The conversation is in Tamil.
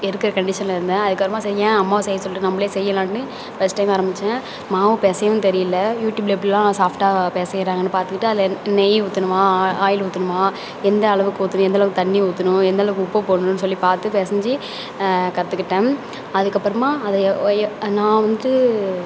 வெறுக்கிற கண்டிஷனில் இருந்தேன் அதுக்கப்புறமா சரி என் அம்மாவை செய்ய சொல்லிட்டு நம்மளே செய்யலாம்னு ஃபஸ்ட் டைம் ஆரம்பித்தேன் மாவு பிசையவும் தெரியல யூடியூப்பில் எப்படிலாம் சாஃப்டாக பிசையிறாங்கனு பார்த்துக்கிட்டு அதில் என் நெய் ஊற்றணுமா ஆ ஆயில் ஊற்றணுமா எந்தளவுக்கு ஊற்றணும் எந்தளவுக்கு தண்ணி ஊற்றணும் எந்தளவுக்கு உப்பு போடணும் சொல்லி பார்த்து பிசைஞ்சி கற்றுக்கிட்டேன் அதுக்கப்புறமா அதை யோ நான் வந்துட்டு